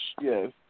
Yes